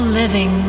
living